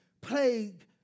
plague